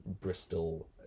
Bristol